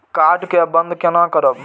Card के बन्द केना करब?